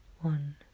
one